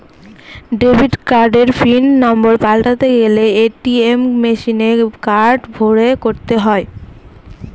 debit কার্ডের pin number পাল্টাতে গেলে এ.টি.এম মেশিনে কার্ড ভোরে করতে হয়